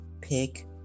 pick